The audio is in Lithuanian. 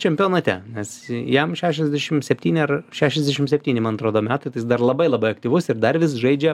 čempionate nes jam šešiasdešim septyni ar šešiasdešim septyni man atrodo metai tai jis dar labai labai aktyvus ir dar vis žaidžia